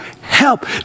help